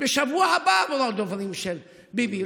בשבוע הבא, אמרו הדוברים של ביבי.